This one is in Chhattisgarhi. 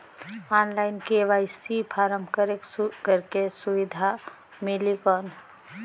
ऑनलाइन के.वाई.सी फारम करेके सुविधा मिली कौन?